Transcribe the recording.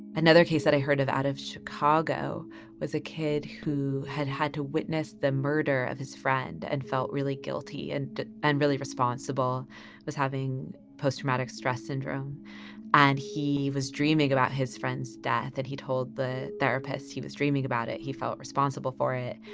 another case that i heard of out of chicago was a kid who had had to witness the murder of his friend and felt really guilty and and really responsible was having post-traumatic stress syndrome and he was dreaming about his friend's death and he told the therapist he was dreaming about it. he felt responsible for it.